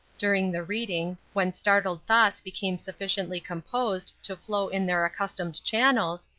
during the reading, when startled thoughts became sufficiently composed to flow in their accustomed channels,